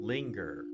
Linger